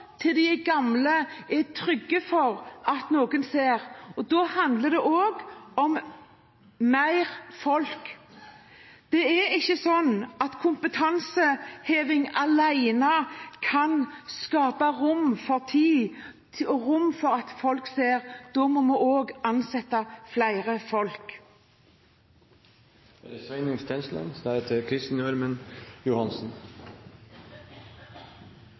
til de er gamle – er trygge på at noen ser. Da handler det også om flere folk. Kompetanseheving alene kan ikke skape rom til tid, rom for at folk ser. Da må vi også ansette flere folk.